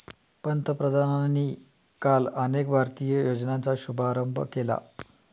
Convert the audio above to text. पंतप्रधानांनी काल अनेक भारतीय योजनांचा शुभारंभ केला